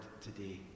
today